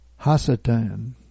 Hasatan